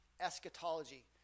eschatology